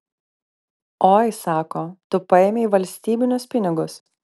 oi sako tu paėmei valstybinius pinigus